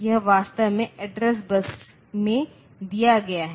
यह वास्तव में एड्रेस बस में दिया गया है